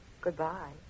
Goodbye